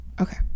Okay